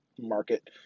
market